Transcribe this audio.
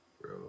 Bro